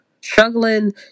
struggling